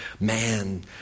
man